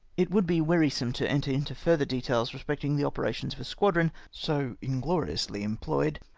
it would be wearisome to enter into further details respecting the operations of a squadron so ingloriously employed,